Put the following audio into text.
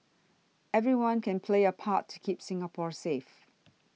everyone can play a part to keep Singapore safe